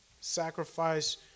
sacrifice